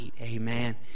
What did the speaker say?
amen